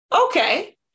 Okay